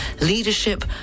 leadership